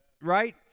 Right